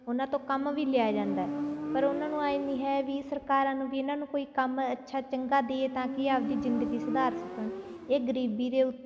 ਉਨ੍ਹਾਂ ਤੋਂ ਕੰਮ ਵੀ ਲਿਆ ਜਾਂਦਾ ਹੈ ਪਰ ਉਨ੍ਹਾਂ ਨੂੰ ਐਂ ਨਹੀਂ ਵੀ ਹੈ ਵੀ ਸਰਕਾਰਾਂ ਨੂੰ ਵੀ ਇਨ੍ਹਾਂ ਨੂੰ ਕੋਈ ਕੰਮ ਅੱਛਾ ਚੰਗਾ ਦੇ ਤਾਂ ਕਿ ਆਪਦੀ ਜ਼ਿੰਦਗੀ ਸੁਧਾਰ ਸਕਣ ਇਹ ਗਰੀਬੀ ਦੇ ਉ